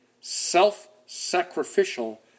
self-sacrificial